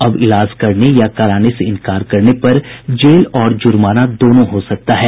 अब इलाज करने या कराने से इंकार करने पर जेल और जुर्माना दोनों हो सकता है